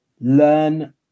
learn